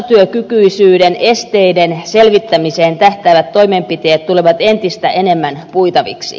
osatyökykyisyyden esteiden selvittämiseen tähtäävät toimenpiteet tulevat entistä enemmän puitaviksi